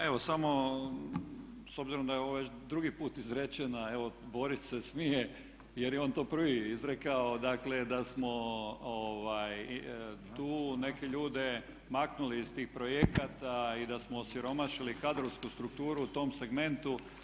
Pa evo samo s obzirom da je ovo već drugi put izrečena, evo Borić se smije jer je on to prvi izrekao, dakle da smo tu neke ljude maknuli iz tih projekata i da smo osiromašili kadrovsku strukturu u tom segmentu.